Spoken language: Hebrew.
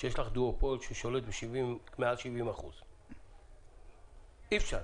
כשיש דואופול ששולט במעל 70%. אי אפשר.